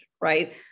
right